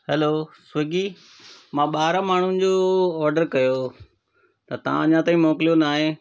hello Swiggy मां ॿारहां माण्हुनि जो ऑडर कयो हो त तव्हां अञा ताईं मोकिलियो न आहे